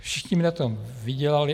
Všichni by na tom vydělali.